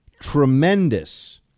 tremendous